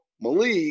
Malik